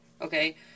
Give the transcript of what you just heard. okay